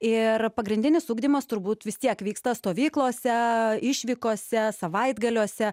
ir pagrindinis ugdymas turbūt vis tiek vyksta stovyklose išvykose savaitgaliuose